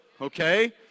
okay